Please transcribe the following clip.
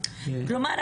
כלומר,